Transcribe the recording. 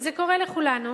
זה קורה לכולנו.